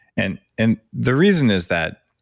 and and the reason is that.